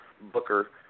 Booker